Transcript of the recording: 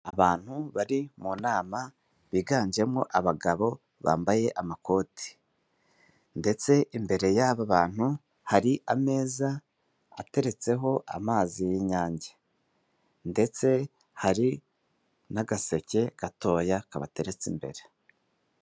Abantu bari mu nama, biganjemo abagabo bambaye amakoti, ndetse imbere y'aba bantu, hari ameza ateretseho amazi y'inyange, ndetse hari n'agaseke gatoya kabateretse imbere.